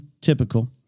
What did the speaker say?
typical